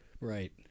right